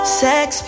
sex